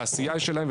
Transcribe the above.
ולתעשייה יש את שלהם,